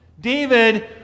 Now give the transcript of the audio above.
David